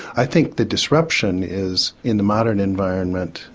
i think the disruption is in the modern environment.